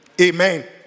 Amen